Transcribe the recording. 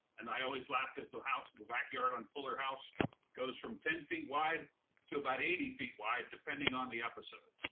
and i always laugh cause so the backyard on fuller house goes from ten feet wide to about eighty feet wide depending on the episode.